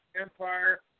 empire